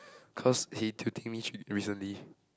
cause he titling me recently